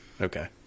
Okay